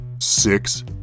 Six